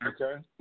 Okay